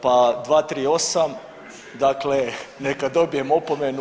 Pa 238. dakle neka dobijem opomenu.